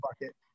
bucket